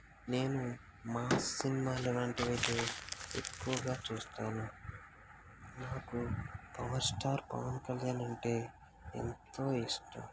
మేము మాస్ సినిమాలు వంటివైతే ఎక్కువగా చూస్తాను మాకు పవర్ స్టార్ పవన్ కళ్యాణ్ అంటే ఎంతో ఇష్టం